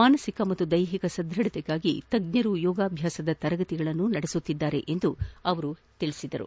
ಮಾನಸಿಕ ಮತ್ತು ದೈಹಿಕ ಸದೃಢತೆಗಾಗಿ ತಜ್ಜರು ಯೋಗಾಭ್ಯಾಸದ ತರಗತಿಗಳನ್ನು ನಡೆಸುತ್ತಿದ್ದಾರೆ ಎಂದು ಅವರು ತಿಳಿಸಿದರು